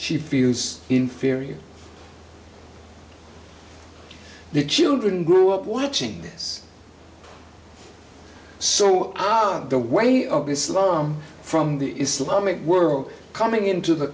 she feels inferior the children grew up watching us so out of the way of islam from the islamic world coming into the